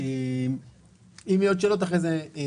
אם יהיו עוד שאלות אחרי זה נרחיב.